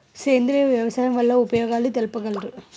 సేంద్రియ వ్యవసాయం వల్ల ఉపయోగాలు తెలుపగలరు?